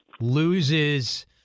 loses